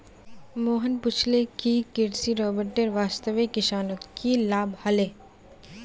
मोहन पूछले कि कृषि रोबोटेर वस्वासे किसानक की लाभ ह ले